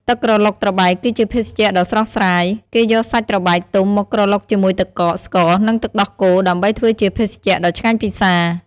ទឹកក្រឡុកត្របែក គឺជាភេសជ្ជៈដ៏ស្រស់ស្រាយ។ គេយកសាច់ត្របែកទុំមកក្រឡុកជាមួយទឹកកក ស្ករ និងទឹកដោះគោដើម្បីធ្វើជាភេសជ្ជៈដ៏ឆ្ងាញ់ពិសារ។